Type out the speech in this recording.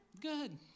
good